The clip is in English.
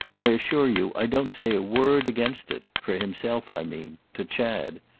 i assure you i don't say a word against it for himself, i mean to chad.